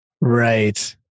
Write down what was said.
right